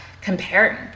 comparing